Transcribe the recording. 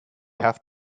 have